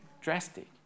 drastic